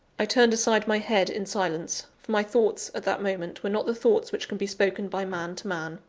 i turned aside my head in silence, for my thoughts, at that moment, were not the thoughts which can be spoken by man to man.